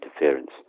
interference